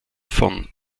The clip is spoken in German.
von